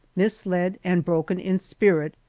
misled and broken in spirit,